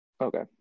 Okay